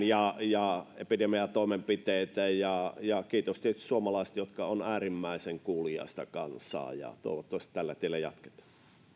ja ja epidemiatoimenpiteitä viety eteenpäin ja kiitos tietysti suomalaisten jotka ovat äärimmäisen kuuliaista kansaa toivottavasti tällä tiellä jatketaan